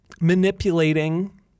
manipulating